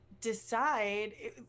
decide